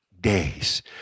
Days